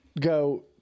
go